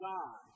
God